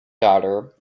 daughter